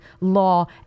law